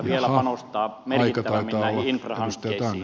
vielä panostaa merkittävämmin näihin infrahankkeisiin